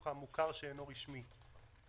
בחינוך המוכר שאינו רשמי,